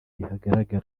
rihagarara